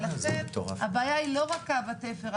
ולכן, הבעיה היא לא רק בקו התפר.